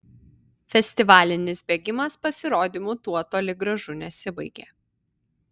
festivalinis bėgimas pasirodymu tuo toli gražu nesibaigė